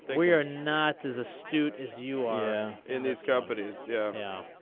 we are not as astute as you are. in these companies, yeah yeah.